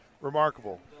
remarkable